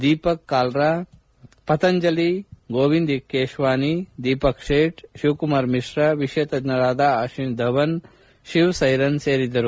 ದೀಪ್ ಕಾಲ್ರಾ ಪತಂಜಲಿ ಗೋವಿಂದ್ ಕೇಶ್ವಾನಿ ದೀಪಕ್ ಸೇಶ್ ಶಿವಕುಮಾರ್ ಮಿಶ್ರಾ ವಿಷಯ ತಜ್ಞರಾದ ಆಶಿಷ್ ಧವನ್ ಮತ್ತು ಶಿವ್ ಸರ್ಯೆನ್ ಸೇರಿದ್ದರು